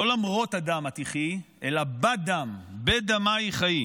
לא למרות הדם את תחיי, אלא בדם, בדמייך חיי,